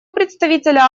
представителя